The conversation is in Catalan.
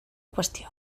qüestió